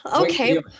Okay